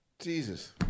Jesus